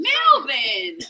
Melvin